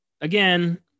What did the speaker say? again